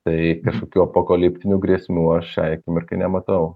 tai kažkokių apokaliptinių grėsmių aš šiai akimirkai nematau